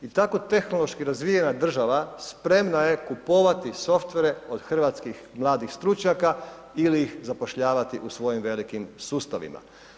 I tako tehnološki razvijena država spremna je kupovati software od hrvatskih mladih stručnjaka ili ih zapošljavati u svojim velikim sustavima.